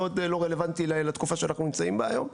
מאוד לא רלוונטי לתקופה שאנחנו נמצאים בה היום,